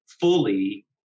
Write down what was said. fully